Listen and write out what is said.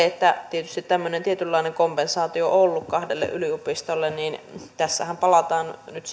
että tietysti tämmöinen tietynlainen kompensaatio on ollut kahdelle yliopistolle niin tässähän tullaan nyt